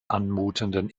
anmutenden